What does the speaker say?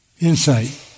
insight